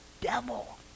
Devil